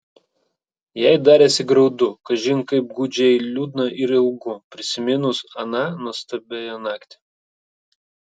jai darėsi graudu kažin kaip gūdžiai liūdna ir ilgu prisiminus aną nuostabiąją naktį